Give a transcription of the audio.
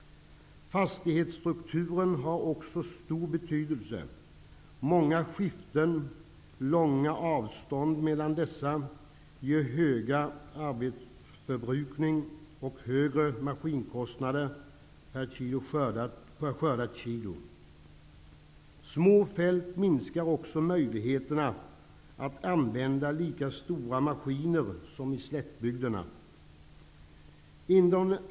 Fastighetsstrukturen är också av stor betydelse. Många skiften och de långa avstånden mellan dessa ger större arbetsförbrukning och högre maskinkostnader per skördat kilo. Små fält minskar också möjligheterna att använda lika stora maskiner som i slättbygderna.